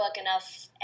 enough